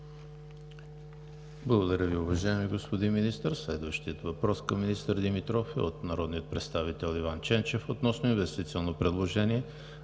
Благодаря Ви, уважаеми господин Министър. Следващият въпрос към министър Димитров е от народния представител Иван Ченчев относно инвестиционно предложение